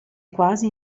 quasi